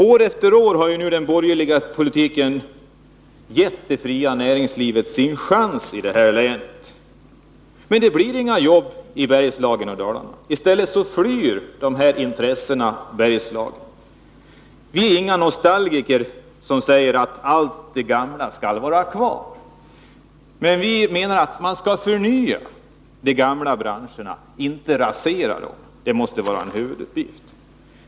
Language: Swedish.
År efter år har den borgerliga politiken gett det fria näringslivet sin chans i detta län. Men inte blir det några nya jobb i Bergslagen och Dalarna. I stället flyr dessa intressen Bergslagen. Vi är inga nostalgiker som säger att allt gammalt skall vara kvar, men vi menar att man skall förnya de gamla branscherna, inte rasera dem. Det måste vara en huvuduppgift.